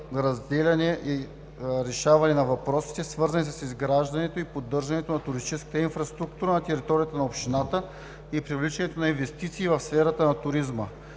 разделяне и решаване на въпросите, свързани с изграждането и поддържането на туристическата инфраструктура на територията на общината, и привличането на инвестиции в сферата на туризма;